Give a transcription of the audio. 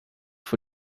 vor